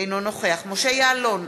אינו נוכח משה יעלון,